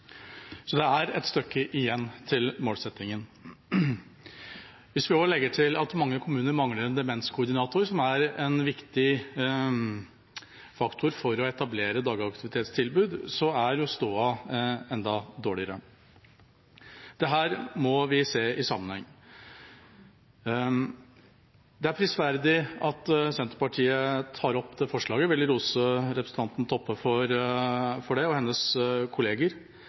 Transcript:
så det er et stykke igjen til målsettingen. Hvis vi også legger til at mange kommuner mangler en demenskoordinator, som er en viktig faktor for å etablere dagaktivitetstilbud, er stoda enda dårligere. Dette må vi se i sammenheng. Det er prisverdig at Senterpartiet fremmer dette forslaget, og jeg vil rose representanten Toppe og hennes kolleger for det.